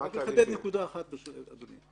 אני אחדד נקודה אחת ברשות אדוני.